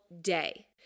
day